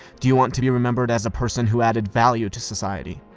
do you want to be remembered as a person who added value to society?